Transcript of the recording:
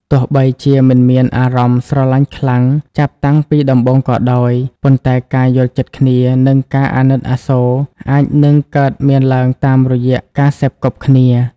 ទោះបីជាមិនមានអារម្មណ៍ស្រឡាញ់ខ្លាំងចាប់តាំងពីដំបូងក៏ដោយ ប៉ុន្តែការយល់ចិត្តគ្នា និងការអាណិតអាសូរអាចនឹងកើតមានឡើងតាមរយៈការសេពគប់គ្នា។